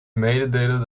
meedelen